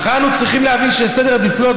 אך אנו צריכים להבין שיש סדר עדיפויות,